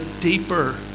deeper